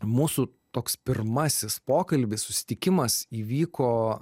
mūsų toks pirmasis pokalbis susitikimas įvyko